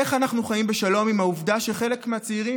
איך אנחנו חיים בשלום עם העובדה שחלק מהצעירים